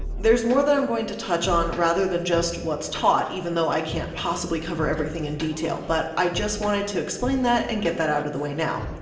there's more than i'm going to touch on, rather than just what's taught even though i can't possibly cover everything in detail, but i just wanted to explain that and get that out of the way now.